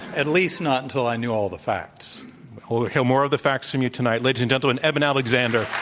at least not until i knew all the facts. we'll hear more of the facts from you tonight. ladies and gentlemen, eben alexander.